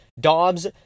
Dobbs